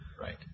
right